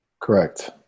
Correct